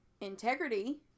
integrity